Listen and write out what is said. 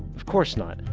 of course not,